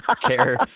care